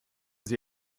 sie